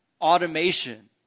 automation